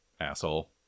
asshole